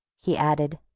he added.